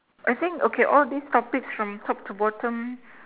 I think okay all these topics from top to bottom